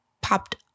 popped